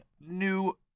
new